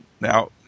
Now